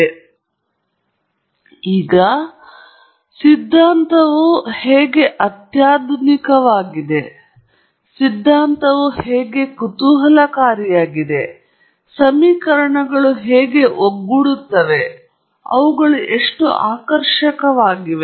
ಆದ್ದರಿಂದ ಇದು ವಿಷಯವಲ್ಲ ಸಿದ್ಧಾಂತವು ಹೇಗೆ ಅತ್ಯಾಧುನಿಕವಾಗಿದೆ ಸಿದ್ಧಾಂತವು ಹೇಗೆ ಕುತೂಹಲಕಾರಿಯಾಗಿದೆ ಸಮೀಕರಣಗಳು ಹೇಗೆ ಒಗ್ಗೂಡುತ್ತವೆ ಮತ್ತು ಅವುಗಳು ಎಷ್ಟು ಆಕರ್ಷಕವಾಗಿವೆ